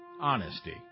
honesty